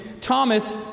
Thomas